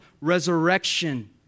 resurrection